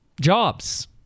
jobs